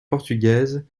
portugaises